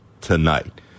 tonight